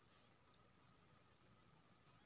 करजाक भूगतान समय सँ करु